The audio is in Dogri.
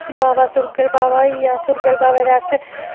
बावा सुरगल होई गेआ सुरगल बावे दे अस